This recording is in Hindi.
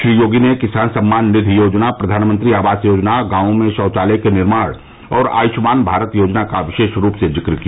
श्री योगी ने किसान सम्मान निधि योजना प्रधानमंत्री आवास योजना गांवों में शौचालयों का निर्माण और आयुष्मान भारत योजना का विशे ा रूप से जिक्र किया